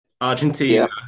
Argentina